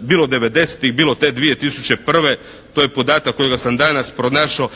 bilo devedesetih, bilo te 2001. to je podatak kojega sam danas pronašao